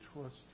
trust